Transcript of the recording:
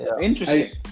Interesting